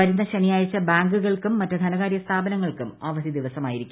വരുന്ന ശനിയാഴ്ച ബാങ്കുകൾക്കും മറ്റു ധനകാര്യ സ്ഥാപനങ്ങൾക്കും അവധി ദിവസമായിരിക്കും